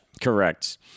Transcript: Correct